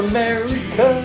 America